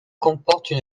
comportent